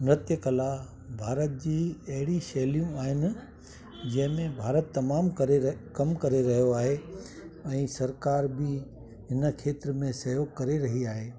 नृत्य कला भारत जी अहिड़ी शैलियूं आहिनि जंहिंमें भारत तमामु करे कमु करे रहियो आहे ऐं सरकार बि हिन खेत्र में सेव करे रही आहे